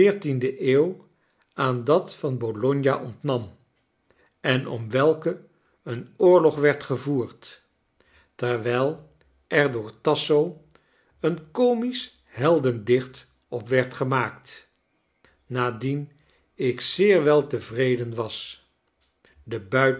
veertiende eeuw aan dat van bologna ontnam en om welken een oorlog werd gevoerd terwijl er door tasso een comisch heldendicht op werd gemaakt naardien ik zeer wel tevreden was de